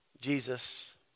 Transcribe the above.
Jesus